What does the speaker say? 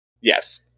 Yes